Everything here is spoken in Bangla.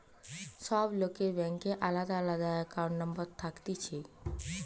সব লোকের ব্যাংকে আলদা আলদা একাউন্ট নম্বর থাকতিছে